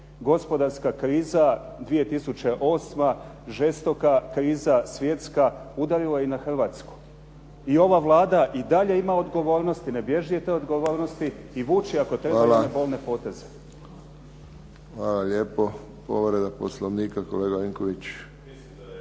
gospodarska kriza 2008., žestoka kriza svjetska udarila je i na Hrvatsku. I ova Vlada i dalje ima odgovornosti, ne bježi od te odgovornosti i vuči ako treba bolne poteze. **Friščić, Josip (HSS)** Hvala lijepo. Povreda Poslovnika kolega Vinković.